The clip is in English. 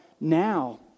now